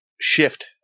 shift